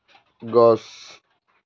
গছ